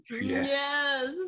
Yes